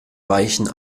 weichen